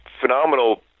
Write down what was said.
Phenomenal